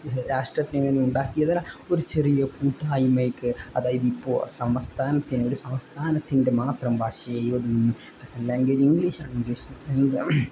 രാഷ്ട്രത്തിന് ഉണ്ടാക്കിയതല്ല ഒരു ചെറിയ കൂട്ടായ്മക്ക് അതായത് ഇപ്പോൾ സംസ്ഥാനത്തിന് ഒരു സംസ്ഥാനത്തിൻ്റെ മാത്രം ഭാഷയായി ഒതുങ്ങുന്നു സെക്കൻഡ് ലാംഗ്വേജ് ഇംഗ്ലീഷ് ആണ് ഇംഗ്ലീഷ് എന്ത്